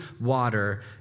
water